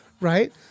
Right